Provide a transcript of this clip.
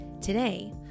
Today